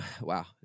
wow